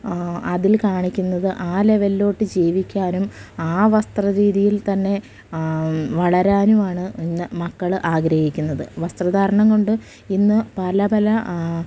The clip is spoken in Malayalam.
അതില് കാണിക്കുന്നത് ആ ലെവലിലേക്ക് ജീവിക്കാനും ആ വസ്ത്രരീതിയിൽ തന്നെ വളരാനുമാണ് ഇന്ന് മക്കള് ആഗ്രഹിക്കുന്നത് വസ്ത്രധാരണം കൊണ്ട് ഇന്ന് പല പല